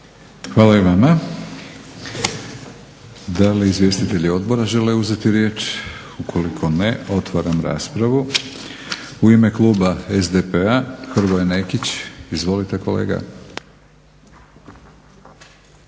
Hvala i vama. Da li izvjestitelji odbora žele uzeti riječ? Ukoliko ne. otvaram raspravu. U ime Kluba SDP-a Hrvoje Nekić. Izvolite kolega.